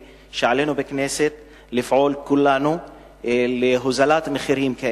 ונדמה לי שעלינו בכנסת לפעול כולנו להורדת המחירים,